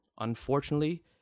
Unfortunately